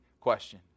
question